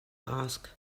asked